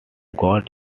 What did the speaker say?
got